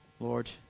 Lord